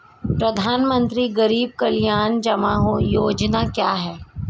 प्रधानमंत्री गरीब कल्याण जमा योजना क्या है?